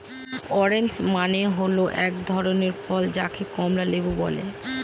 orange মানে হল এক ধরনের ফল যাকে কমলা লেবু বলে